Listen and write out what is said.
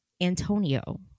Antonio